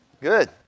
Good